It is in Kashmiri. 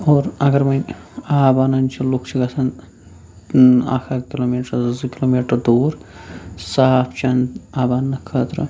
اور اگر وۄنۍ آب اَنان چھِ لُکھ چھِ گژھان اکھ اَکھ کِلوٗ میٖٹر زٕ کِلوٗ میٖٹر دوٗر صاف چٮ۪نہٕ آب اَنٛنہٕ خٲطرٕ